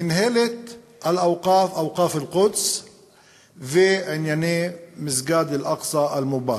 מינהלת אל-אווקאף אל-קודס וענייני מסגד אל-אקצא אל-מובארכ.